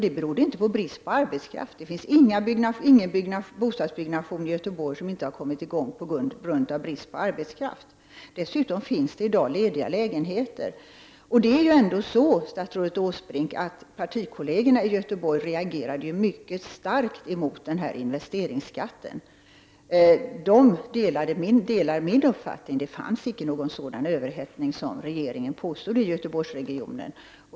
Det berodde inte på brist på arbetskraft — det är ingen bostadsbyggnation i Göteborg som inte har kommit i gång på grund av brist på arbetskraft. Dessutom finns det i dag lediga lägenheter. Era partikolleger i Göteborg reagerade ju också mycket starkt mot den här investeringsskatten, statsrådet Åsbrink. De delade min uppfattning: Det fanns icke någon sådan överhettning som regeringen påstod i Göteborgsregionen.